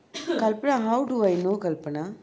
kalpana how do I know kalpana